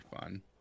fun